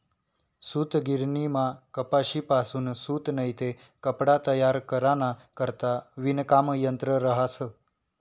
सूतगिरणीमा कपाशीपासून सूत नैते कपडा तयार कराना करता विणकाम यंत्र रहास